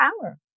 power